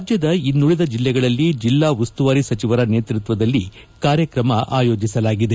ರಾಜ್ವದ ಇನ್ನುಳದ ಜಿಲ್ಲೆಗಳಲ್ಲಿ ಜಿಲ್ಲಾ ಉಸ್ತುವಾರಿ ಸಚಿವರ ನೇತೃತ್ವದಲ್ಲಿ ಕಾರ್ಯಕ್ರಮ ಆಯೋಜಿಸಲಾಗಿದೆ